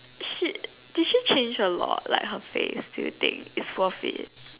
she did she change a lot like her face do you think it's for fate